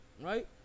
Right